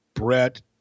Brett